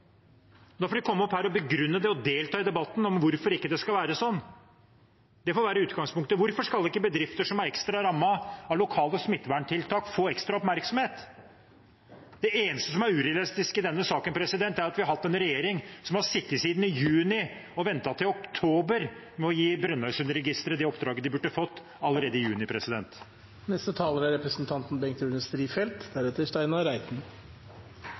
får de komme opp her og begrunne det og delta i debatten om hvorfor det ikke skal være slik. Det får være utgangspunktet. Hvorfor skal ikke bedrifter som er ekstra rammet av lokale smitteverntiltak, få ekstra oppmerksomhet? Det eneste som er urealistisk i denne saken, er at vi har en regjering som har sittet siden juni og ventet til oktober med å gi Brønnøysundregistrene det oppdraget de burde fått allerede i juni.